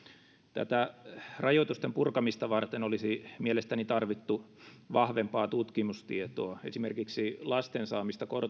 tätä rajoitusten purkamista varten olisi mielestäni tarvittu vahvempaa tutkimustietoa esimerkiksi lasten saamista